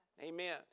Amen